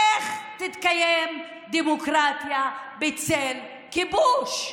איך תתקיים דמוקרטיה בצל כיבוש?